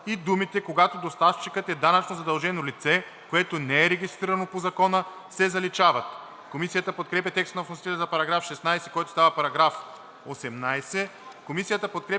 и думите „когато доставчикът е данъчно задължено лице, което не е регистрирано по закона“ се заличават.“ Комисията подкрепя текста на вносителя за § 16, който става § 18.